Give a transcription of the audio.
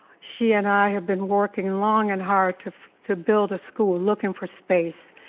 she and i have been working long and hard to to build a school looking for space.